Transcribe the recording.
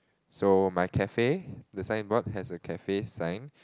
so my cafe the signboard has a cafe sign